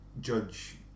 judge